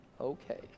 okay